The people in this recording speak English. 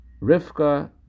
Rivka